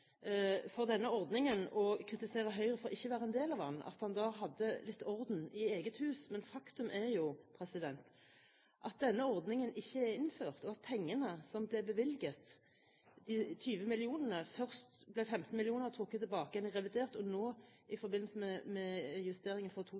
for denne ordningen og kritiserer Høyre for ikke å være en del av den, hadde litt orden i eget hus. Faktum er at denne ordningen ikke er innført. Av pengene som ble bevilget – de 20 millionene – ble først 15 mill. kr trukket tilbake igjen i revidert. Nå, i